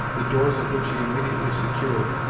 the doors of which he immediately secured,